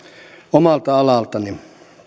omalta alaltani